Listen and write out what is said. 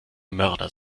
mörder